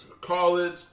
college